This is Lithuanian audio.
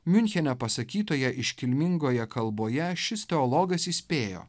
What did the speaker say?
miunchene pasakytoje iškilmingoje kalboje šis teologas įspėjo